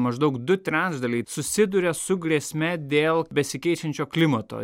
maždaug du trečdaliai susiduria su grėsme dėl besikeičiančio klimato